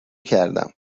کردماسم